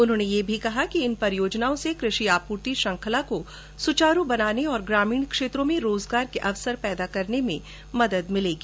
उन्होंने यह भी कहा कि इन परियोजनाओं से कृषि आपूर्ति श्रेखला को सुचारू बनाने और ग्रामीण क्षेत्रों में रोजगार के अवसर पैदा करने में मदद मिलेगी